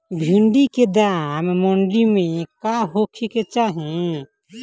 भिन्डी के दाम मंडी मे का होखे के चाही?